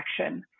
action